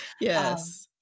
Yes